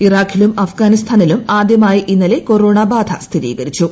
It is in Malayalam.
ഇറാഖിലും അഫ്ഗാനിസ്ഥാനിലും ആദ്യമായി ഇന്നലെ കൊറോണ ബാധ സ്ഥിരീകരിച്ചു